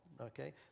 okay